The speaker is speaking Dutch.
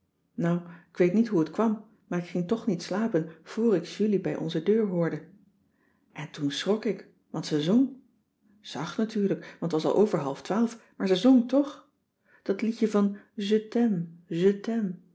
nou ik weet niet hoe t kwam maar ik ging toch niet slapen vor ik julie bij onze deur hoorde en toen schrok ik want ze zong zacht natuurlijk want t was al over half twaalf maar ze zong toch dat liedje van